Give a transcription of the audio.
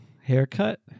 haircut